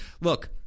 look